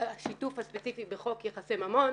השיתוף הספציפי בחוק יחסי ממון.